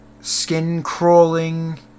Skin-crawling